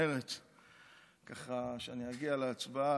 ממרצ כך שאני אגיע להצבעה.